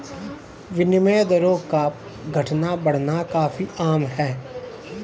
विनिमय दरों का घटना बढ़ना काफी आम है